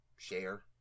share